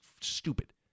stupid